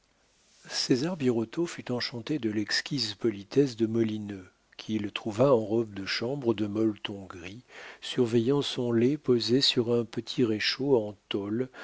césar birotteau fut enchanté de l'exquise politesse de molineux qu'il trouva en robe de chambre de molleton gris surveillant son lait posé sur un petit réchaud en tôle